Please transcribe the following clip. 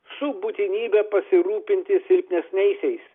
su būtinybe pasirūpinti silpnesniaisiais